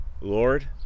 Lord